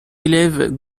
élève